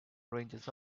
ranges